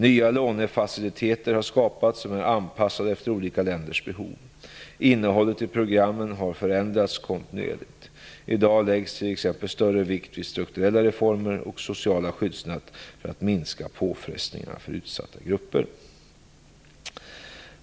Nya lånefaciliteter har skapats, som är anpassade efter olika länders behov. Innehållet i programmen har förändrats kontinuerligt. I dag läggs t.ex. större vikt vid strukturella reformer och sociala skyddsnät för att minska påfrestningarna för utsatta grupper.